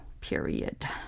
period